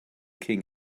king